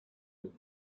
müll